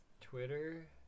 Twitter